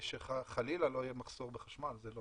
שחלילה לא יהיה מחסור בחשמל.